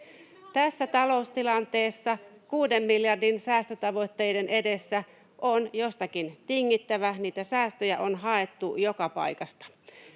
Tässä taloustilanteessa kuuden miljardin säästötavoitteiden edessä on jostakin tingittävä. Niitä säästöjä on haettu joka paikasta.